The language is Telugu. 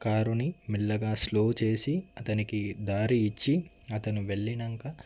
కారుని మెల్లగా స్లో చేసి అతనికి దారి ఇచ్చి అతను వెళ్ళినాక